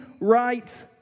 right